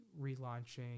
relaunching